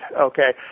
Okay